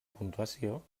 puntuació